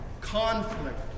conflict